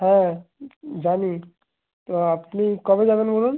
হ্যাঁ জানি তা আপনি কবে যাবেন বলুন